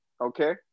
Okay